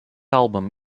album